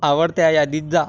आवडत्या यादीत जा